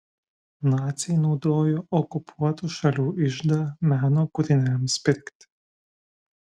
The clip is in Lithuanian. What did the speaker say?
naciai naudojo okupuotų šalių iždą meno kūriniams pirkti